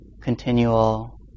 continual